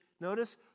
notice